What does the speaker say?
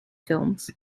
films